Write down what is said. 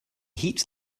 heat